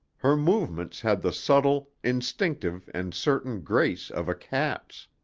her movements had the subtle, instinctive and certain grace of a cat's.